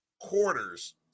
quarters